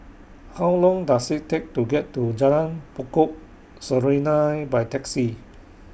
How Long Does IT Take to get to Jalan Pokok Serunai By Taxi